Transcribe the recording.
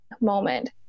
moment